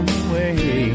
away